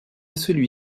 celui